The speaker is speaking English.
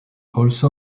also